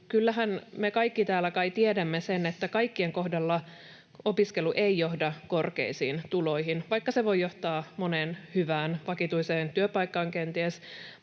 kyllähän me kaikki täällä kai tiedämme sen, että kaikkien kohdalla opiskelu ei johda korkeisiin tuloihin, vaikka se voi johtaa kenties moneen hyvään vakituiseen työpaikkaan.